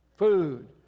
Food